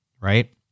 right